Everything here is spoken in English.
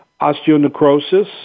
osteonecrosis